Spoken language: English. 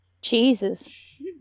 Jesus